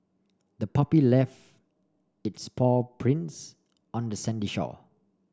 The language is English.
the puppy left its paw prints on the sandy shore